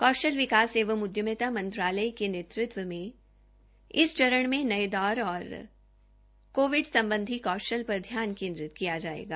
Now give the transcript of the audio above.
कौशल विकास एक उद्यमिता मंत्रालय के नेतृत्व में इस चरण नये दौरे और कोविड सम्बधी कौशल पर ध्यान केन्द्रित किया जायेगा